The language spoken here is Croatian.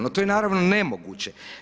No to je naravno nemoguće.